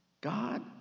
God